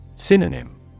Synonym